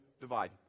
divide